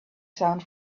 sound